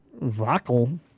vocal